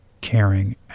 caring